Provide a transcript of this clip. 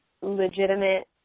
legitimate